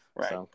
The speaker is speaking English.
Right